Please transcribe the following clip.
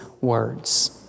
words